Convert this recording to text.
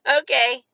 okay